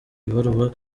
ibaruwa